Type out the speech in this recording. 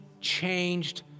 changed